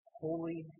holy